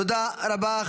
תודה רבה.